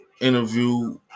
interview